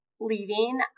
leaving